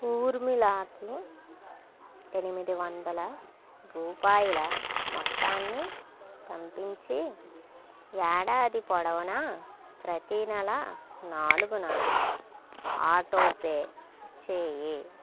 ఊర్మిళకి ఎనిమిది వందల రూపాయల మొత్తాన్ని పంపించి ఏడాది పొడవునా ప్రతీ నెల నాలుగున ఆటో పే చేయి